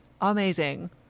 Amazing